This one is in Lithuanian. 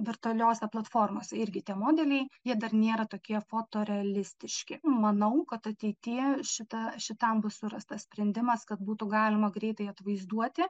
virtualiose platformose irgi tie modeliai jie dar nėra tokie fotorealistiški manau kad ateityje šitą šitam bus surastas sprendimas kad būtų galima greitai atvaizduoti